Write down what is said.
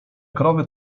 krowy